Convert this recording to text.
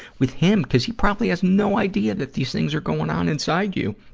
with him, because he probably has no idea that these things are going on inside you.